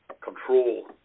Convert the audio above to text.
control